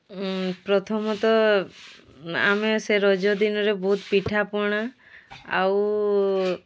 ପ୍ରଥମତଃ ଆମେ ସେ ରଜ ଦିନରେ ବହୁତ ପିଠାପଣା ଆଉ